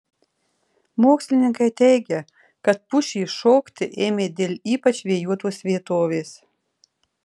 mokslininkai teigia kad pušys šokti ėmė dėl ypač vėjuotos vietovės